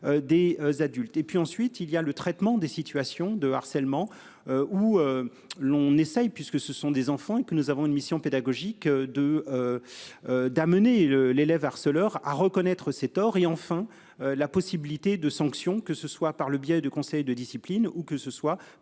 des adultes et puis ensuite il y a le traitement des situations de harcèlement. Où l'on essaye puisque ce sont des enfants et que nous avons une mission pédagogique de. D'amener le l'élève harceleur à reconnaître ses torts et enfin la possibilité de sanctions, que ce soit par le biais de conseils de discipline où que ce soit